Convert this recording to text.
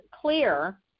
clear